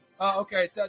Okay